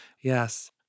yes